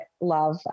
love